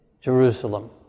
Jerusalem